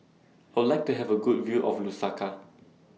I Would like to Have A Good View of Lusaka